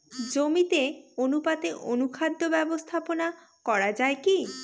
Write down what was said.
জমিতে অনুপাতে অনুখাদ্য ব্যবস্থাপনা করা য়ায় কি?